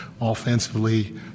offensively